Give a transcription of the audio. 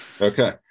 Okay